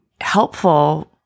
helpful